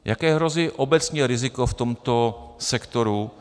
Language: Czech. Jaké hrozí obecně riziko v tomto sektoru?